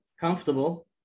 comfortable